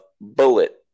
bullet